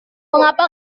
mengapa